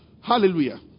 hallelujah